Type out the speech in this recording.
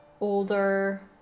older